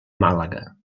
màlaga